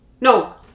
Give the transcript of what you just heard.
No